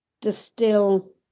distill